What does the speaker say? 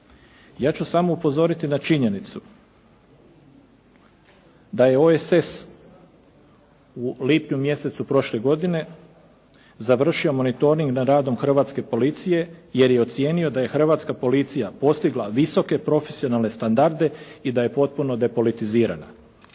Ja ću samo upozoriti na činjenicu da je OESS u lipnju mjesecu prošle godine završio monitoring nad radom hrvatske policije jer je ocijenio da je hrvatska policija postigla visoke profesionalne standarde i da je potpuno depolitizirana.